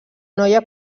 noia